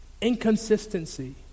Inconsistency